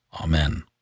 Amen